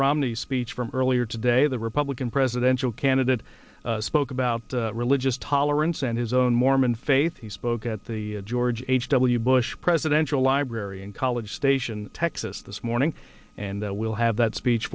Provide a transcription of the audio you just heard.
romney's speech from earlier today the republican presidential candidate spoke about religious tolerance and his own mormon faith he spoke at the george h w bush presidential library in college station texas this morning and we'll have that speech